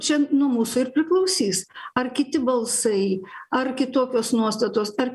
čia nuo mūsų ir priklausys ar kiti balsai ar kitokios nuostatos ar